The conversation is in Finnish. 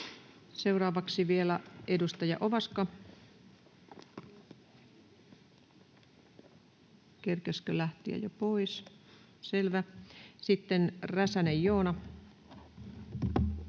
Seuraavaksi vielä edustaja Ovaska. — Kerkesikö lähteä jo pois? Selvä. — Sitten Räsänen, Joona.